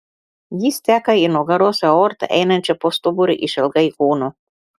jis teka į nugaros aortą einančią po stuburu išilgai kūno